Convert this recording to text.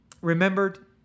remembered